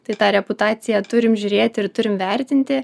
tai tą reputaciją turim žiūrėti ir turim vertinti